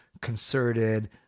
concerted